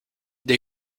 dei